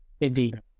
indeed